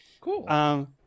Cool